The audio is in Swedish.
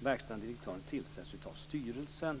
verkställande direktören av styrelsen.